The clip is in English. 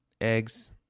eggs